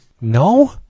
No